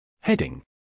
Heading